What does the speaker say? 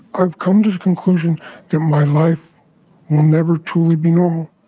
i've come to the conclusion that my life will never truly be normal.